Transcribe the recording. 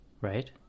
Right